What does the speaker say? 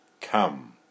come